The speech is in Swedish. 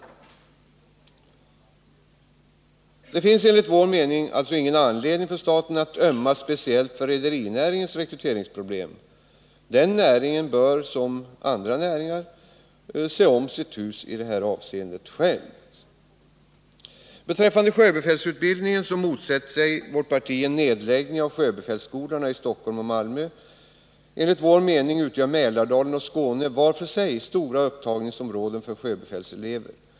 Men det finns enligt vår mening ingen anledning för staten att ömma speciellt för rederinäringens rekryteringsproblem. Den näringen bör i likhet med andra näringar själv se om sitt hus i detta avseende. Beträffande sjöbefälsutbildningen motsätter sig vårt parti en nedläggning av sjöbefälsskolorna i Stockholm och Malmö. Enligt vår mening utgör Mälardalen och Skåne var för sig stora upptagningsområden för sjöbefälselever.